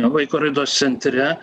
vaiko raidos centre